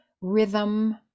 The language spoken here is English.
rhythm